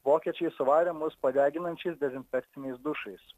vokiečiai suvarė mus po deginančiais dezinfekciniais dušais